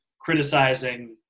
criticizing